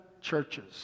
churches